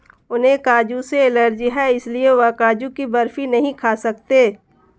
उन्हें काजू से एलर्जी है इसलिए वह काजू की बर्फी नहीं खा सकते